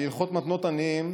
בהלכות מתנות עניים,